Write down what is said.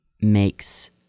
makes